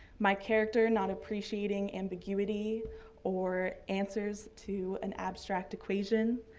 my character not appreciating ambiguity or answers to an abstract equation.